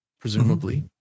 presumably